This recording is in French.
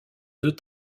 deux